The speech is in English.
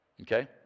okay